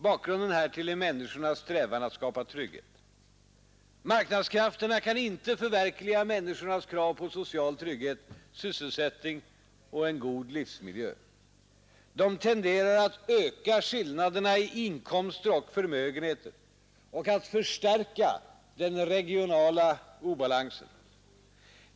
Bakgrunden härtill är människornas strävan att skapa trygghet. Marknadskrafterna kan inte förverkliga människornas krav på social trygghet, sysselsättning och en god livsmiljö. De tenderar att öka skillnaderna i inkomster och förmögenheter och att förstärka den regionala obalansen.